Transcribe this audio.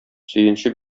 сөенче